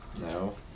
No